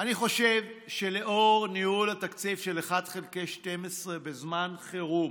אני חושב שלאור ניהול תקציב של 1 חלקי 12 בזמן חירום